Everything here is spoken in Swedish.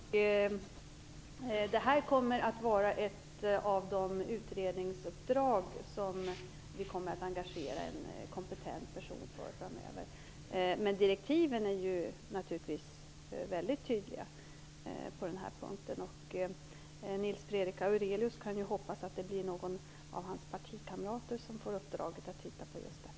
Herr talman! Frågan är mycket genomtänkt. Det här kommer att vara ett av de utredningsuppdrag som vi skall engagera en kompetent person för framöver. Men direktiven är naturligtvis väldigt tydliga på den här punkten. Nils Fredrik Aurelius kan ju hoppas att det blir någon av hans partikamrater som får uppdraget att titta på just detta.